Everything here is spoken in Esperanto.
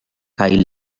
kaj